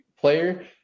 player